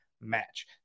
match